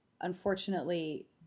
unfortunately